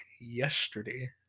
yesterday